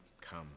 come